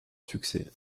succès